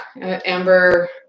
Amber